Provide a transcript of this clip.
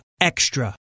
Extra